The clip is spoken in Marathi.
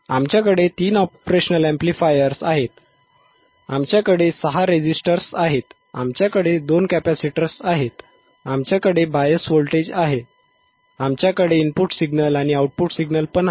आमच्याकडे तीन ऑपरेशनल अॅम्प्लिफायर्स आहेत आमच्याकडे सहा रेझिस्टर आहेत आमच्याकडे दोन कॅपेसिटर आहेत आमच्याकडे बायस व्होल्टेज आहेत आमच्याकडे इनपुट सिग्नल आणि आउटपुट सिग्नल आहेत